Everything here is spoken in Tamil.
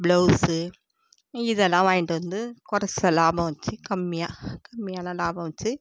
பிளவுஸு இதெல்லாம் வாங்கிகிட்டு வந்து குறைச்ச லாபம் வச்சு கம்மியாக கம்மியான லாபம் வச்சு